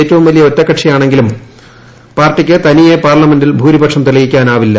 ഏറ്റവും വലിയ ഒറ്റകക്ഷി ആണെങ്കിലും പാർട്ടിക്ക് തനിയെ പാർലമെന്റിൽ ഭൂരിപക്ഷം തെളിയിക്കാനാവില്ല